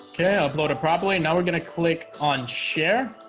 yeah i've loaded properly now we're gonna click on share